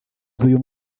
z’uyu